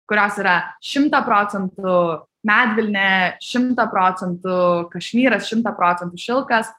kurios yra šimtą procentų medvilnė šimtą procentų kašmyras šimtą procentų šilkas